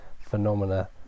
phenomena